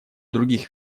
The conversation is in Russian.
других